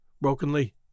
brokenly